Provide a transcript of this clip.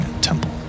temple